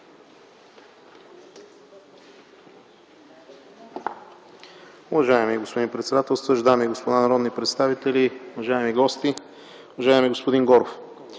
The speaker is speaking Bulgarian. Уважаеми господин председателстващ, дами и господа народни представители, уважаеми гости! Уважаеми господин Горов,